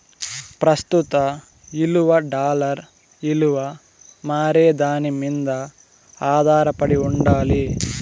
ప్రస్తుత ఇలువ డాలర్ ఇలువ మారేదాని మింద ఆదారపడి ఉండాలి